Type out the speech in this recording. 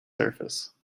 surface